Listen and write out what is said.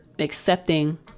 accepting